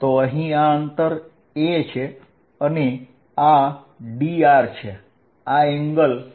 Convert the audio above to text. તો અહીં આ અંતર a છે અને આ dr છે આ એન્ગલ છે